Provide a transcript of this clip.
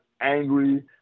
angry